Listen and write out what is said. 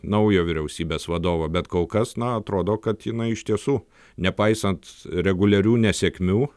naujo vyriausybės vadovo bet kol kas na atrodo kad jinai iš tiesų nepaisant reguliarių nesėkmių